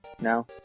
No